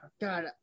God